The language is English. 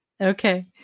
Okay